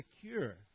secure